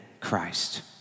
Christ